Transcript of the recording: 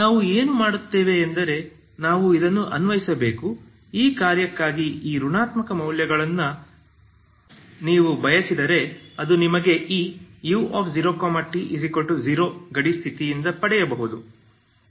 ನಾವು ಏನು ಮಾಡುತ್ತೇವೆ ಎಂದರೆ ನಾವು ಇದನ್ನು ಅನ್ವಯಿಸುತ್ತೇವೆ ಈ ಕಾರ್ಯಕ್ಕಾಗಿ ಈ ಋಣಾತ್ಮಕ ಮೌಲ್ಯಗಳನ್ನು ನೀವು ಬಯಸಿದರೆ ಅದು ನಿಮಗೆ ಈ u0t0 ಗಡಿ ಸ್ಥಿತಿಯಿಂದ ಪಡೆಯಬಹುದು